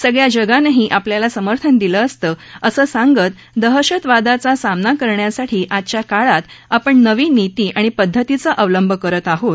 सगळ्या जगानंही आपल्याला समर्थन दिलं असतं असं सांगत दहशतवादाचा सामना करण्यासाठी आजच्या काळात आपण नवीन नीती आणि पद्धतीचा अवलंब करत आहोत